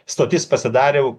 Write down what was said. stotis pasidarė